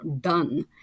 done